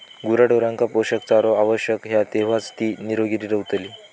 गुराढोरांका पोषक चारो आवश्यक हा तेव्हाच ती निरोगी रवतली